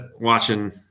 watching